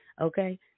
Okay